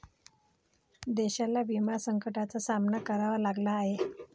देशाला विमा संकटाचा सामना करावा लागला आहे